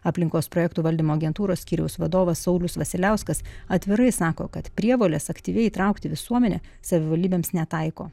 aplinkos projektų valdymo agentūros skyriaus vadovas saulius vasiliauskas atvirai sako kad prievolės aktyviai įtraukti visuomenę savivaldybėms netaiko